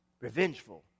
revengeful